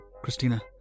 Christina